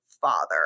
father